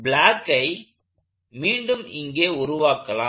பிளாக்கை மீண்டும் இங்கே உருவாக்கலாம்